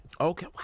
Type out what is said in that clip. Okay